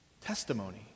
Testimony